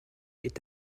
est